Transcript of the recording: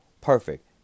perfect